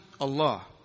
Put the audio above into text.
Allah